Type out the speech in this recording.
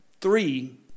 three